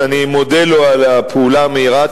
ואני מודה לו על הפעולה המהירה.